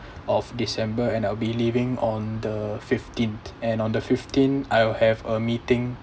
of december and I'll be leaving on the fifteenth and on the fifteen I'll have a meeting